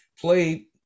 play